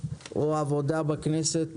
העמותה לתיירות נכנסת